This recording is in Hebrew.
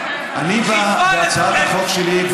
אני בא בהצעת החוק שלי,